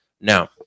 Now